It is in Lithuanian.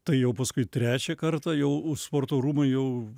tai jau paskui trečią kartą jau sporto rūmai jau